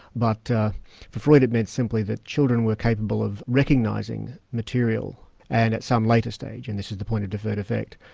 but for freud it meant simply that children were capable of recognising material, and at some later stage and this is the point of deferred effect,